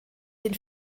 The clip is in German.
den